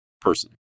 person